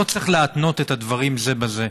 לא צריך להתנות את הדברים זה בזה.